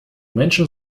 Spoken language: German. menschen